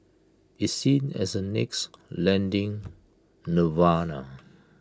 it's seen as A next lending nirvana